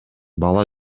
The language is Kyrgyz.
бала